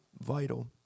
vital